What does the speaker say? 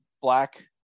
black